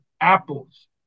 apples